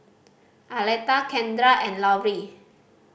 Aleta Kendra and Lauri